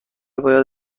باید